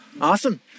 Awesome